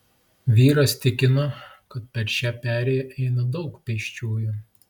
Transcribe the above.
vyras tikino kad per šią perėją eina daug pėsčiųjų